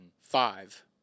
Five